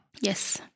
Yes